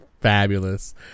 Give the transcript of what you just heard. Fabulous